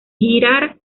girar